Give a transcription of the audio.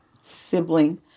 sibling